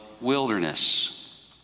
wilderness